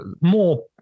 more